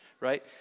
right